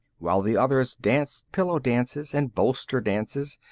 while the others danced pillow dances, and bolster dances,